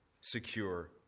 secure